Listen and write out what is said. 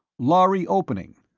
lhari opening!